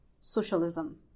socialism